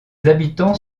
habitants